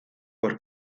por